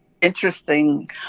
interesting